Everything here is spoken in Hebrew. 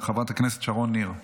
חברת הכנסת שרון ניר,